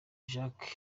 jacques